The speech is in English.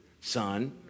son